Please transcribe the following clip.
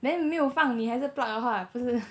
then 没有放呢还是 plug 的话不是